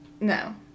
no